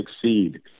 succeed